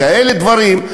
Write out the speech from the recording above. לכאלה דברים,